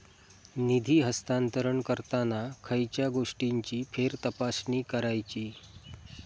निधी हस्तांतरण करताना खयच्या गोष्टींची फेरतपासणी करायची?